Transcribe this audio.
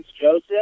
Joseph